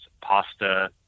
pasta